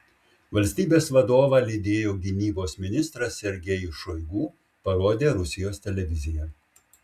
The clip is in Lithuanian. valstybės vadovą lydėjo gynybos ministras sergejus šoigu parodė rusijos televizija